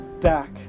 Back